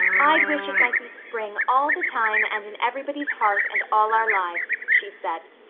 i'd wish it might be spring all the time and in everybody's heart and all our lives, she said.